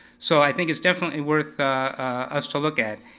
so i think it's definitely worth us to look at.